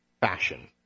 fashion